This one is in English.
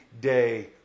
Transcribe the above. day